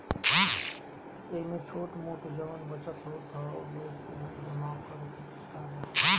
एमे छोट मोट जवन बचत होत ह लोग उ जमा करत तारे